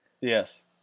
Yes